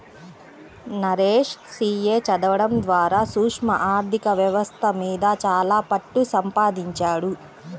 Naresh CA చదవడం ద్వారా సూక్ష్మ ఆర్ధిక వ్యవస్థ మీద చాలా పట్టుసంపాదించాడు